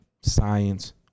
science